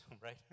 right